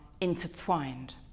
intertwined